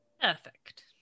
Perfect